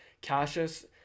Cassius